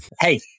hey